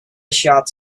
shots